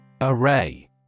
Array